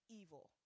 evil